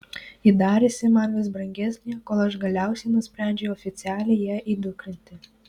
ji darėsi man vis brangesnė kol aš galiausiai nusprendžiau oficialiai ją įdukrinti